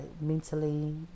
mentally